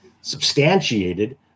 substantiated